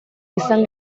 izan